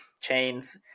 chains